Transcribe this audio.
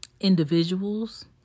individuals